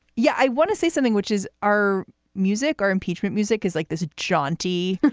yeah, i want to say something, which is our music or impeachment. music is like this jaunty,